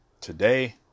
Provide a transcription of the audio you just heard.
today